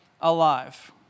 alive